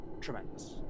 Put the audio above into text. tremendous